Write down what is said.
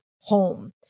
home